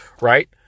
right